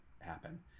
happen